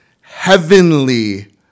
heavenly